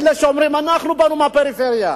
אלה שאומרים: אנחנו באנו מהפריפריה,